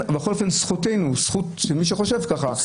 זכות מי שחושב ככה,